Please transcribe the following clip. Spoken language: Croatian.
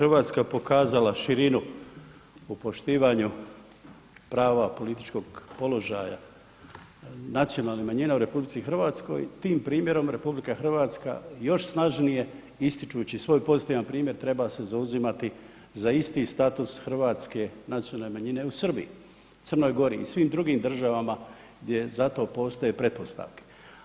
Pa upravo kako je RH pokazala širinu u poštivanju prava političkog položaja nacionalnih manjina u RH, tim primjerom RH još snažnije ističući svoj pozitivan primjer, treba se zauzimati za isti status hrvatske nacionalne manjine u Srbiji, Crnoj Gori i svih drugim državama gdje za to postoje pretpostavke.